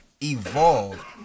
evolved